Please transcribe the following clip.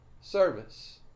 service